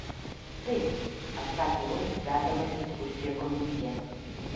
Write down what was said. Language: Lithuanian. taip atsakė rojus stverdamasis už džeko minties